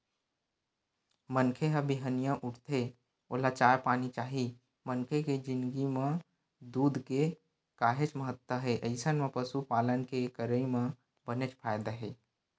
मनखे ह बिहनिया उठथे ओला चाय पानी चाही मनखे के जिनगी म दूद के काहेच महत्ता हे अइसन म पसुपालन के करई म बनेच फायदा हे